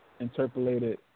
interpolated